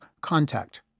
Contact